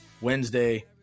Wednesday